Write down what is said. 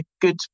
good